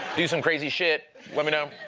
do some crazy shit. let me know.